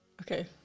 Okay